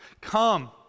Come